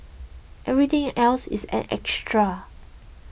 everything else is an extra